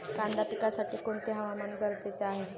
कांदा पिकासाठी कोणते हवामान गरजेचे आहे?